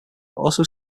also